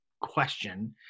question